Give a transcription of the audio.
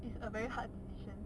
it's a very hard decision